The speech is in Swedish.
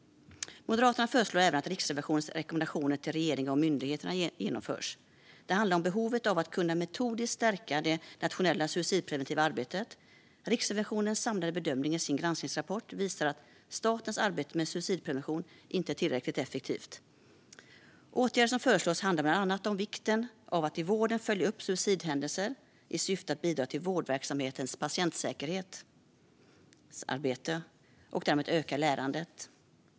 Moderaterna föreslår även att Riksrevisionens rekommendationer till regering och myndigheter genomförs. Det handlar om behovet av att metodiskt stärka det nationella suicidpreventiva arbetet. Riksrevisionens samlade bedömning i granskningsrapporten visar att statens arbete med suicidprevention inte är tillräckligt effektivt. Åtgärder som föreslås handlar bland annat om vikten av att i vården följa upp suicidhändelser i syfte att bidra till vårdverksamheters patientsäkerhetsarbete och därmed öka lärandet.